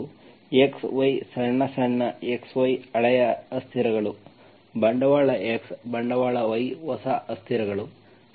ಇವುಗಳು x y ಸಣ್ಣ ಸಣ್ಣ x y ಹಳೆಯ ಅಸ್ಥಿರಗಳು ಬಂಡವಾಳ X ಬಂಡವಾಳ Y ಹೊಸ ಅಸ್ಥಿರಗಳು